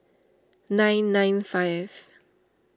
nine nine five